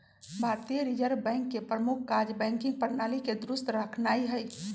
भारतीय reserve bank के प्रमुख काज़ बैंकिंग प्रणाली के दुरुस्त रखनाइ हइ